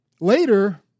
Later